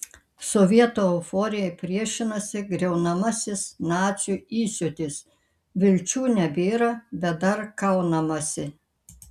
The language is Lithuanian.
sovietų euforijai priešinasi griaunamasis nacių įsiūtis vilčių nebėra bet dar kaunamasi